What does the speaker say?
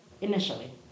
initially